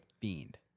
fiend